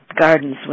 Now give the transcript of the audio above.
gardens